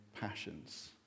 passions